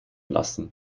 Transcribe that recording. lassen